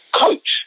coach